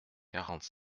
quarante